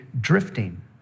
drifting